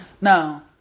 Now